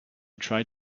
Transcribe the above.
tried